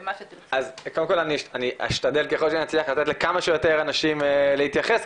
אני אשתדל ככל שנצליח לתת לכמה אנשים את הזכות להתייחס.